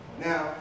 Now